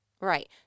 Right